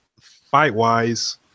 Fight-wise